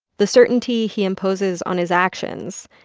the certainty he imposes on his actions,